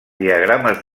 diagrames